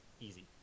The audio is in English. easy